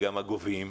גם הגובים,